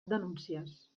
denúncies